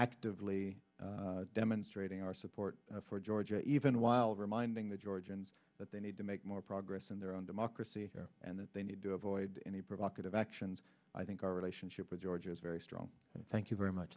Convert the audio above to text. actively demonstrating our support for georgia even while reminding the georgians that they need to make more progress in their own democracy and that they need to avoid any productive actions i think our relationship with georgia is very strong and thank you very much